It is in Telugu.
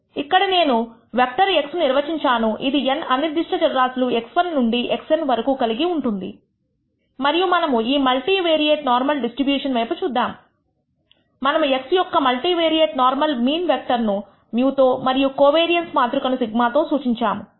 ఇక్కడ నేను వెక్టర్ x ను నిర్వచించాను ఇది n అనిర్దిష్ట చరరాశులు x1 నుండి xn వరకు కలిగి ఉంటుంది మరియు మనము ఈ మల్టీ వేరియేట్ నార్మల్ డిస్ట్రిబ్యూషన్ పైపు చూద్దాము మనము x యొక్క multivariate normal mean vector ను μ తో మరియు కోవేరియన్స్ మాతృక ను σ తో సూచించాము